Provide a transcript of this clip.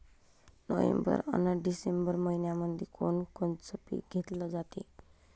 November अन December मइन्यामंधी कोण कोनचं पीक घेतलं जाते?